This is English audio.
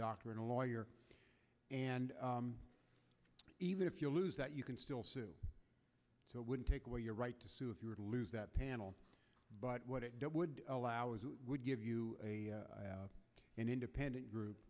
doctor and a lawyer and even if you lose that you can still sue would take away your right to sue if you were to lose that panel but what it would allow is it would give you an independent group